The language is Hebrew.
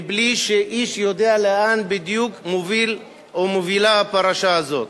מבלי שאיש יודע לאן בדיוק מובילה הפרשה הזו.